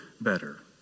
better